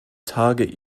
target